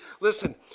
Listen